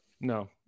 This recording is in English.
no